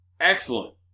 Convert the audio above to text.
excellent